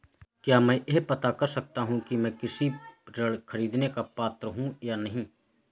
क्या मैं यह पता कर सकता हूँ कि मैं कृषि ऋण ख़रीदने का पात्र हूँ या नहीं?